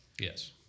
yes